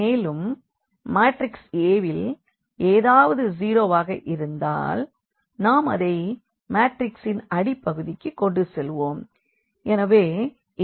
மேலும் matrix A வில் ஏதாவது 0 வாக இருந்தால் நாம் அதை மாற்றிக்ஸின் அடிப்பகுதிக்கு கொண்டு செல்வோம்